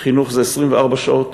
חינוך זה 24 שעות,